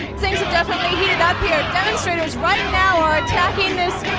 things have definitely heated up here. demonstrators right now are attacking this